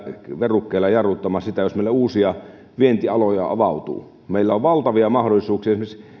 verukkeilla jarruttamaan sitä jos meille uusia vientialoja avautuu meillä on valtavia mahdollisuuksia esimerkiksi